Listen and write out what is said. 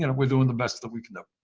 and we're doing the best that we can do.